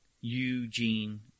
Eugene